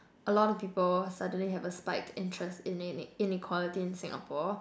a lot of people suddenly have a spiked interest in inequality in Singapore